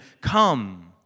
come